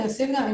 אני אוסיף גם,